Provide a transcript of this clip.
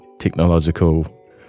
technological